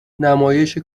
نمایش